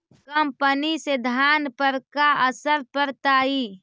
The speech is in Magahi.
कम पनी से धान पर का असर पड़तायी?